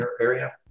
area